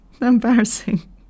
Embarrassing